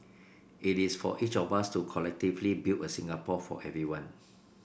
it is for each of us to collectively build a Singapore for everyone